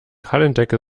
hallendecke